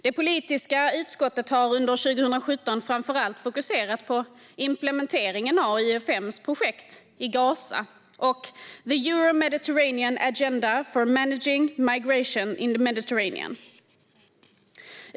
Det politiska utskottet har under 2017 framför allt fokuserat på implementeringen av UfM:s projekt i Gaza och the Euro-Mediterranean agenda for managing migration in the Mediterranean.